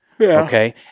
Okay